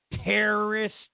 terrorist